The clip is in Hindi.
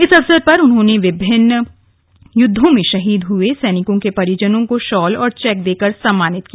इस अवसर पर उन्होंने विभिन्न युद्वों में शहीद हुये सैनिकों के परिजनों को शॉल व चेक देकर सम्मानित किया